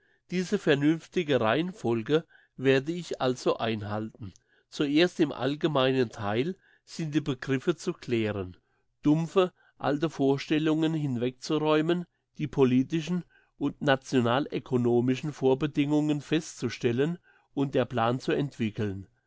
diese vernünftige reihenfolge werde ich also einhalten zuerst im allgemeinen theil sind die begriffe zu klären dumpfe alte vorstellungen hinwegzuräumen die politischen und nationalökonomischen vorbedingungen festzustellen und der plan zu entwickeln